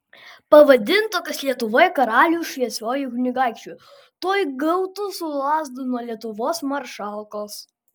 pavadintų kas lietuvoje karalių šviesiuoju kunigaikščiu tuoj gautų su lazda nuo lietuvos maršalkos